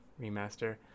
remaster